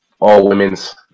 all-women's